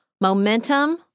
momentum